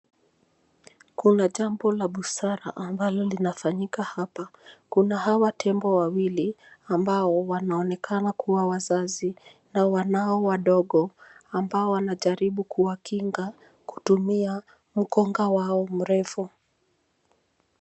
Kuna jambo la busara ambalo linafanyika hapa. Kuna hawa tembo wawili ambao wanaonekana kuwa wazazi na wanao wadogo ambao wanajaribu kuwakinga kutumia mkunga wao mrefu.